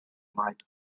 might